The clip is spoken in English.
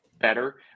better